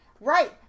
Right